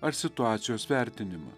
ar situacijos vertinimą